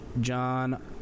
john